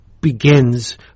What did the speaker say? begins